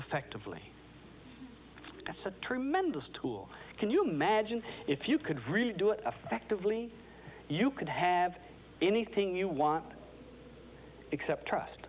effectively that's a tremendous tool can you imagine if you could really do it effectively you could have anything you want except trust